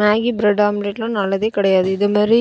Maggi bread ஆம்லேட்லாம் நல்லதே கிடையாது இது மாரி